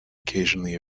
occasionally